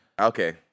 Okay